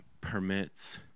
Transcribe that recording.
permits